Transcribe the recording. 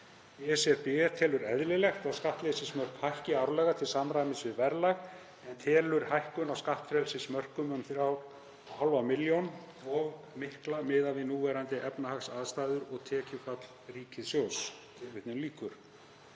„BSRB telur eðlilegt að skattfrelsismörk hækki árlega til samræmis við verðlag en telur hækkun á skattfrelsismörkum um 3,5 millj. kr. of mikla miðað við núverandi efnahagsaðstæður og tekjufall ríkissjóðs.“